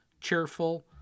cheerful